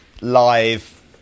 live